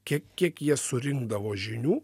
kiek kiek jie surinkdavo žinių